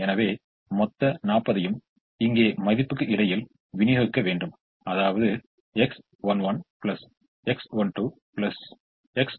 எனவே மொத்த 40 ஐயும் இங்கே மதிப்புக்கு இடையில் விநியோகிக்க வேண்டும் அதாவது X11 X12 X13 40 ஆகும்